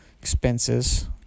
Expenses